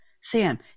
sam